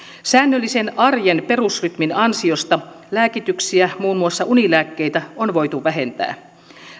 säännöllisen arjen perusrytmin ansiosta lääkityksiä muun muassa unilääkkeitä on voitu vähentää